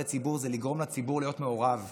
ציבור זה לגרום לציבור להיות מעורב.